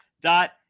dot